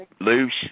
loose